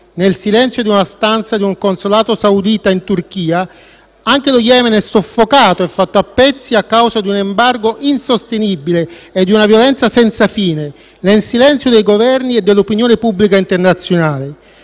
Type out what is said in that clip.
nel silenzio di una stanza di un consolato saudita in Turchia, anche lo Yemen è soffocato e fatto a pezzi a causa di un *embargo* insostenibile e di una violenza senza fine, nel silenzio dei Governi e dell'opinione pubblica internazionale.